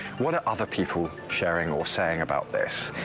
what are other people sharing or saying about this?